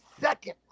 second